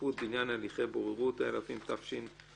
השיפוט בעניין הליכי בוררות), התשע"ט-2018.